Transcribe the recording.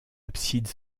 abside